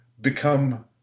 become